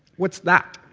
what's that?